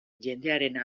jendearen